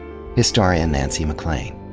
historian nancy maclean.